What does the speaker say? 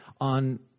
On